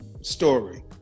story